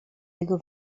jego